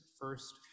first